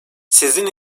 sizin